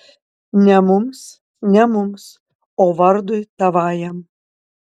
ne mums ne mums o vardui tavajam